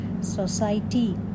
society